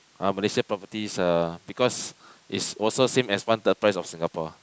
ah Malaysia properties uh because is also same as one third price of Singapore